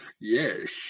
Yes